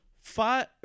five